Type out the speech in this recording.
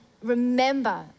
Remember